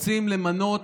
רוצים למנות